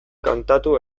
kantatu